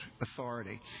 Authority